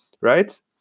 right